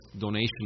donation